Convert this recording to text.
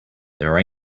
there